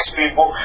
people